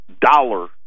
dollar